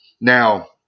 Now